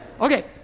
Okay